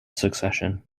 succession